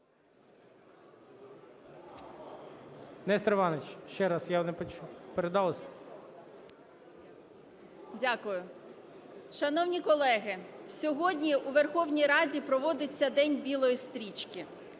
Дякую. Шановні колеги, сьогодні у Верховній Раді проводиться День білої стрічки.